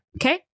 Okay